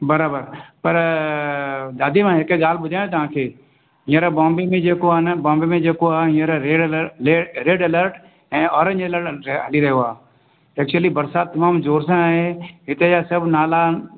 बराबरि पर दादी मां हिकु ॻाल्हि ॿुधायांव तव्हांखे हींअर बॉम्बे में जेको आहे न बॉम्बे में जेको आहे हींअर रेड एर्लट ऐं ओरेंज एर्लट हर जॻहि हली रहियो आहे एक्चुअली बरिसात तमामु जोर सां आहे हिते जा सभु नाला